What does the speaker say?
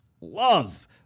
love